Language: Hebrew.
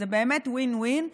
זה באמת win-win.